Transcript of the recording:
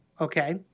Okay